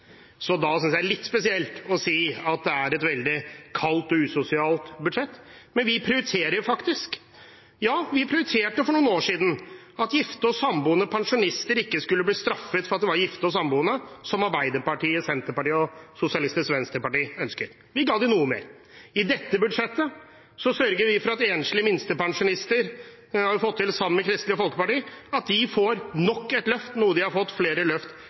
så da synes jeg det er litt spesielt å si at det er et veldig kaldt og usosialt budsjett. Men vi prioriterer faktisk. Ja, vi prioriterte for noen år siden at gifte og samboende pensjonister ikke skulle bli straffet for at de var gifte og samboende, som Arbeiderpartiet, Senterpartiet og Sosialistisk Venstreparti ønsket. Vi ga dem noe mer. I dette budsjettet sørger vi for – og dette har vi fått til sammen med Kristelig Folkeparti – at enslige minstepensjonister får nok et løft. De har fått flere løft